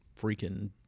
freaking